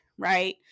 Right